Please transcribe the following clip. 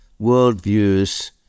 worldviews